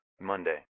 Monday